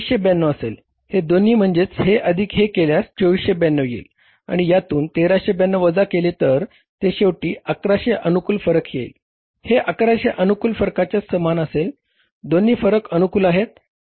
हे दोन्ही म्हणजेच हे अधिक हे केल्यास 2492 येईल आणि यातून 1392 वजा केले तर ते शेवटी 1100 अनुकूल फरक येईल हे 1100 अनुकूल फरकाच्या समान असेल दोन्ही फरक अनुकूल आहे